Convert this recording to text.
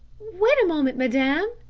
wait a moment, madame.